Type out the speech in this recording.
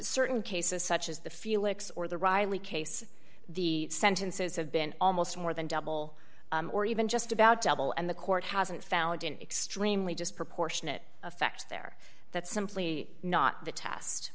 certain cases such as the felix or the riley case the sentences have been almost more than double or even just about double and the court hasn't found an extremely just proportionate effect there that's simply not the test